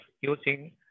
using